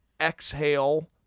exhale